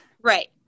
right